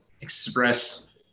express